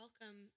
welcome